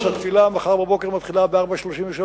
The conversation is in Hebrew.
התפילה מחר בבוקר מתחילה ב-04:33.